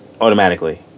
automatically